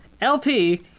LP